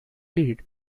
lead